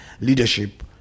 leadership